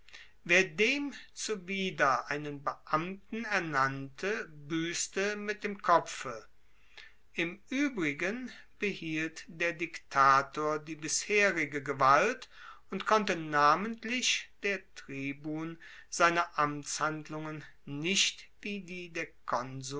wer dem zuwider einen beamten ernannte buesste mit dem kopfe im uebrigen behielt der diktator die bisherige gewalt und konnte namentlich der tribun seine amtshandlungen nicht wie die